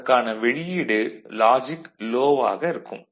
அதற்கான வெளியீடு logic low வாக இருக்கும்